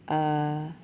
uh